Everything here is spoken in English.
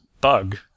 bug